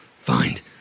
find